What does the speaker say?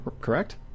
correct